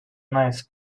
nice